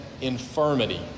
infirmity